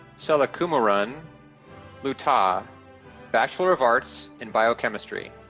sellakumaran latha, bachelor of arts in biochemistry.